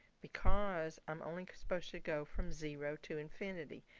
because i'm only supposed to go from zero to infinity.